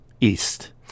east